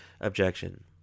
objection